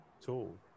tool